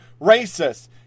Racist